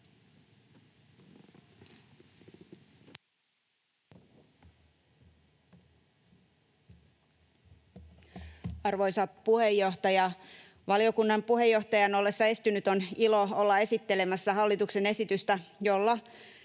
Arvoisa puheenjohtaja! Valiokunnan puheenjohtajan ollessa estynyt on ilo olla esittelemässä hallituksen esitystä, jolla